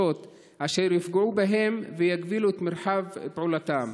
אשר יפגעו בהם ויגבילו את מרחב פעולתם.